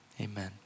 amen